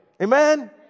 Amen